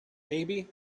baby